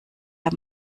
der